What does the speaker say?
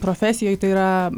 profesijoj tai yra